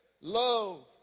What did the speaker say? love